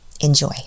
Enjoy